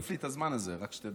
אתה מוסיף לי את הזמן הזה, רק שתדע.